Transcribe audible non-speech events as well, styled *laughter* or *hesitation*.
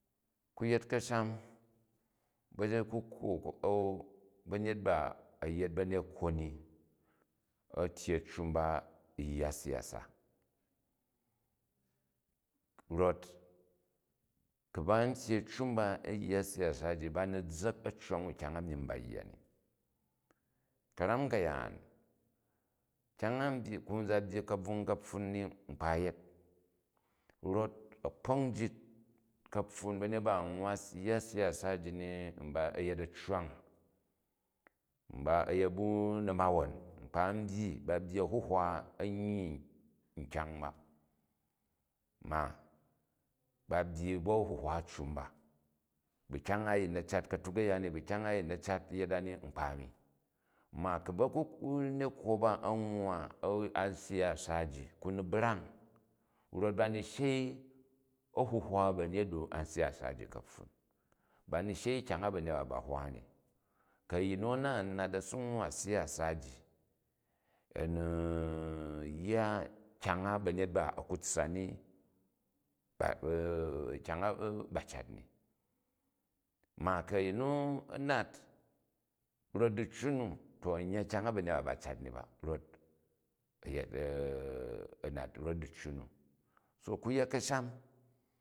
Ku yet kasham, bakukwo a̱n bo banyet ba a̱ yet ba̱nekwo ni, iyyi a̱ccu mba u̱yya siyasa. Rot ku ba n tyyi a̱ccu mba u̱yya siyasa ji ba ni zza̱k accwang u kyang a niying ba yya in. Karam ka̱yaan, kyang a m byyi ku n za byyi mabvung kapfun ni nkpa yet rot a̱kpok ujit ka̱pfun, ba̱nyet ba a nuwa yya siyasa ji ni, a̱ yet accwang, mba, a̱yet ba namawon nkpa n byyi ba byyi ahuhwa suyyi kyang ba, ma ba byyi bn a̱uhwa a̱ccu mba, bu kyang a a̱yim na̱ cat katuk aya ni bu kyang a a̱yin na cat yet a ni, nkpa a̱ni. Mda ku bane kwo ba a̱n nwwa a̱u a siyasa ji, ku ni brang rot ba ni shei a̱huhwa ba̱nyet u̱ a siyasa ji ka̱pfun bani shei kyang a ba̱nyet ba, ba hwa ni. Kur ayin nu a na u nat a si nwwa siyasa ji, a̱ ni yya kyang a ba̱nyet ba a̱ ku tssa ni *hesitation* kajang a ba cat ni. Mo ku̱ a̱yin nu, a nap rot diccu nu to a̱n yye kyang a ba̱nyet ba, ba cat ni ba rot a̱ yet *hesitation* a̱ nat rot diccu nu. So ku yet ka̱sham